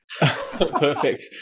Perfect